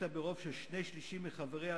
שנצברו למטרותיו של התאגיד המתמזג עם